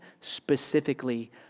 specifically